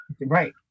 Right